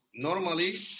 normally